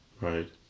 right